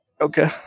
Okay